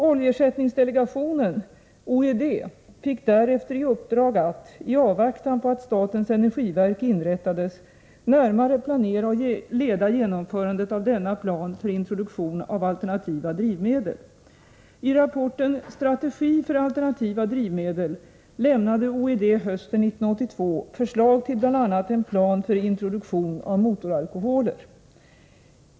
Oljeersättningsdelegationen fick därefter i uppdrag att, i avvaktan på att statens energiverk inrättades, närmare planera och leda genomförandet av denna plan för introduktion av alternativa drivmedel. I rapporten Strategi för alternativa drivmedel lämnade OED hösten 1982 förslag till bl.a. en plan för introduktion av motoralkoholer.